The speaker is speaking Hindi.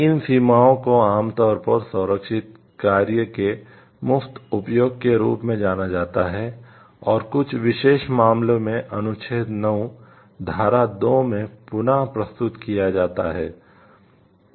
इन सीमाओं को आमतौर पर संरक्षित कार्यों के मुफ्त उपयोग के रूप में जाना जाता है और कुछ विशेष मामलों में अनुच्छेद 9 धारा 2 में पुन प्रस्तुत किया जाता है